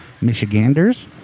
Michiganders